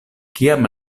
kiam